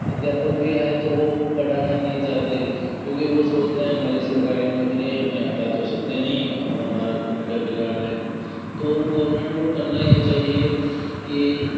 अध्यापक भी हैं अगर तो पढ़ाना नहीं चाहते क्योंकि वो सोचते हैं हमारी सरकारी नौकरी है हमें हटा तो सकते नहीं अब हमारा कौन क्या बिगाड़ लेगा तो गोरमेंट को करना यह चाहिए कि